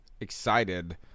excited